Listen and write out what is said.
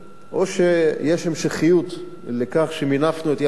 או שיש המשכיות לכך שמינפנו את ים-המלח,